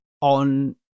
on